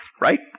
right